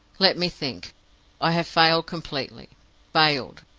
let me think i have failed completely failed,